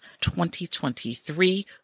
2023